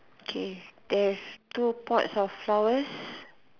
K there's two pots of flowers